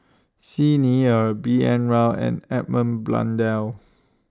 Xi Ni Er B N Rao and Edmund Blundell